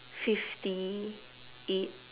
fifty eight